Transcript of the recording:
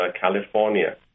California